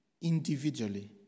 individually